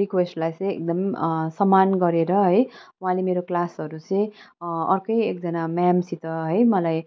रिक्वेस्टलाई चाहिँ एकदम सम्मान गरेर है उहाँले मेरो क्लासहरू चाहिँ अर्कै एकजना म्यामसित है मलाई